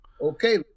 okay